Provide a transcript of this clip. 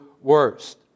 worst